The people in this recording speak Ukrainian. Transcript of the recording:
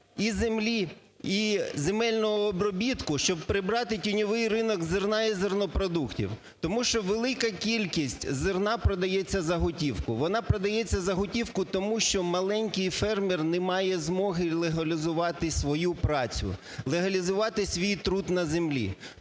і землі, і земельного обробітку, щоб прибрати тіньовий ринок зерна і зернопродуктів, тому що велика кількість зерна продається за готівку. Вона продається за готівку, тому що маленький фермер не має змоги легалізувати свою працю, легалізувати свій труд на землі.